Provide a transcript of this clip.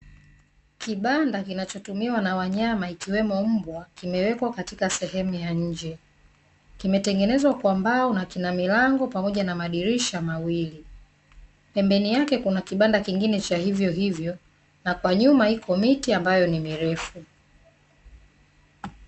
Kibanda kinachotumiwa na wanyama ikiwemo mbwa kimewekwa katika sehemu ya nje, kimetengenezwa kwa mbao na kina milango pamoja na madirisha mawili. Pembeni yake kuna kibanda kingine cha hivyo hivyo na kwa nyuma iko miti ambayo ni mirefu.